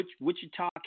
Wichita